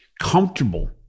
comfortable